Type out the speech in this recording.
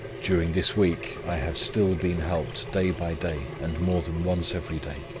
during this week i have still been helped, day by day, and more than once every day,